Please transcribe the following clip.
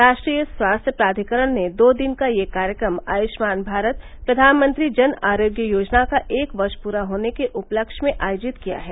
राष्ट्रीय स्वास्थ्य प्राधिकरण ने दो दिन का यह कार्यक्रम आयुष्मान भारत प्रधानमंत्री जन आरोग्य योजना का एक वर्ष पूरा होने के उपलक्ष्य में आयोजित किया है